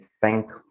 thank